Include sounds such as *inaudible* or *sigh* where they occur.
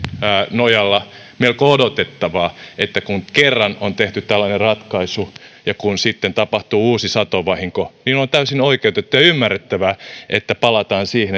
nojalla melko odotettavaa että kun kerran on tehty tällainen ratkaisu ja kun sitten tapahtuu uusi satovahinko niin on täysin oikeutettua ja ymmärrettävää että palataan siihen *unintelligible*